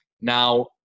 Now